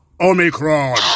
Omicron